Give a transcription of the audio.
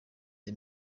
the